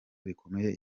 bikomeye